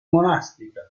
monastica